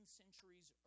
centuries